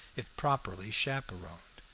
if properly chaperoned.